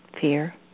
fear